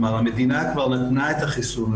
כלומר המדינה כבר נתנה את החיסון,